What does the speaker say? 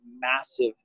massive